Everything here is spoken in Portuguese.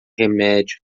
remédio